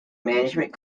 management